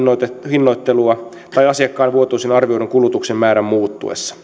hinnoittelua tai asiakkaan vuotuisen arvioidun kulutuksen määrän muuttuessa ehdotettu säännös